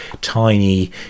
tiny